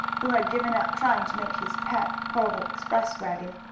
who had given up trying to make his pet pull the express wagon.